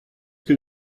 ket